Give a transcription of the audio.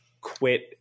quit